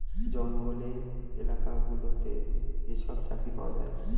জঙ্গলের এলাকা গুলোতে যেসব চাকরি পাওয়া যায়